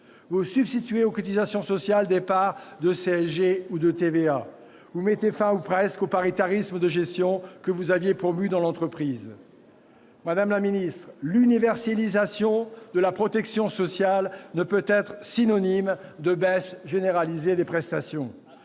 vous substituez aux cotisations sociales des parts de CSG ou de TVA, et vous mettez fin, ou presque, au paritarisme de gestion que vous aviez promu dans l'entreprise. Madame la ministre, l'universalisation de la protection sociale ne peut être synonyme de baisse généralisée des prestations.